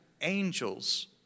angels